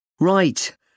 Right